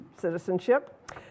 citizenship